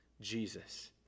Jesus